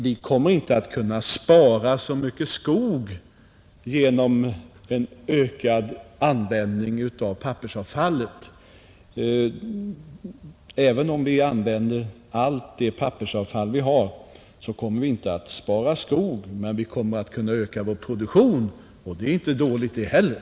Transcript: Vi kommer inte att kunna spara så mycket skog genom en ökad användning av pappersavfallet. Även om vi använder allt det pappersavfall vi har, kommer vi inte att spara skog, men vi kommer att kunna öka vår produktion, och det är inte dåligt det heller.